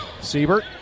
Siebert